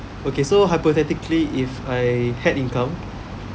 okay so hypothetically if I had income